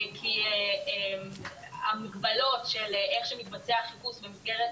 כי המגבלות לאיך שמתבצע חיפוש במסגרת